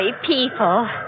people